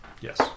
Yes